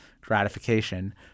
gratification